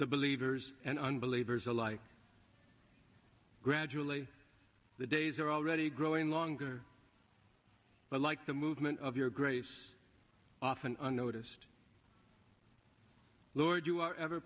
the believers and unbelievers alike gradually the days are already growing longer but like the movement of your grace often unnoticed lord you are ever